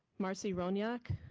marcy ronyak.